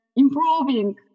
improving